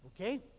Okay